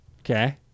Okay